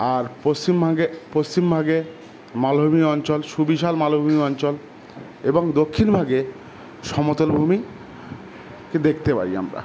আর পশ্চিম ভাগে পশ্চিম ভাগে মালভূমি অঞ্চল সুবিশাল মালভূমি অঞ্চল এবং দক্ষিণ ভাগে সমতলভূমিকে দেখতে পারি আমরা